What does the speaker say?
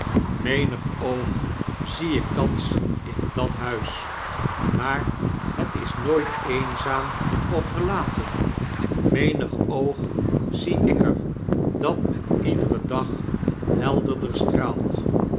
menig oog zie ik thans in dat huis maar het is nooit eenzaam of verlaten menig oog zie ik er dat met iederen dag helderderstraalt